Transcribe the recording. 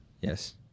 Yes